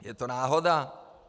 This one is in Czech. Je to náhoda?